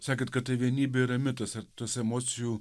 sakėt kad ta vienybė yra mitas ar tas emocijų